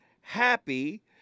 happy